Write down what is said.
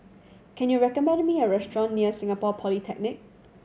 can you recommend me a restaurant near Singapore Polytechnic